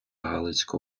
галицько